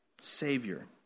Savior